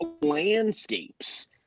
landscapes